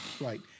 Right